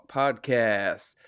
podcast